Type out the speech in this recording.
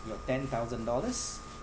your ten thousand dollars